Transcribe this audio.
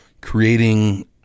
creating